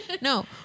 no